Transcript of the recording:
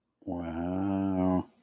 Wow